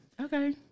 Okay